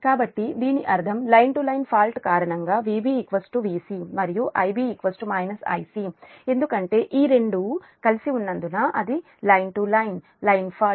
కాబట్టి దీని అర్థం లైన్ టు లైన్ ఫాల్ట్ కారణంగా Vb Vc మరియు Ib Ic ఎందుకంటే ఈ రెండూ కలిసి ఉన్నందున అది line line to line fault